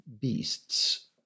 beasts